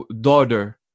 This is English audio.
daughter